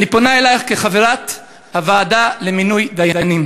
אני פונה אלייך כחברת הוועדה לבחירת דיינים.